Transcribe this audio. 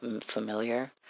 familiar